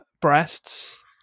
breasts